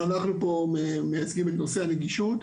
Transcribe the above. אבל אנחנו פה מייצגים את נושא הנגישות,